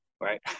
Right